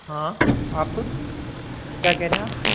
हाँ आप कौन क्या कह रहे हैं आप